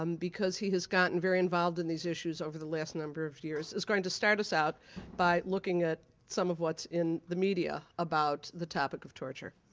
um because he has gotten very involved in these issues over the last number of years is going to start us out by looking at some of what's in the media about the topic of torture.